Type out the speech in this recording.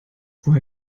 woher